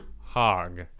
hog